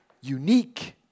unique